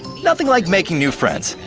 nothing like making new friends!